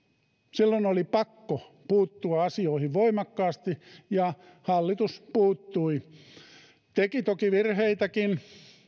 silloin oli pakko puuttua asioihin voimakkaasti ja hallitus puuttui se teki toki virheitäkin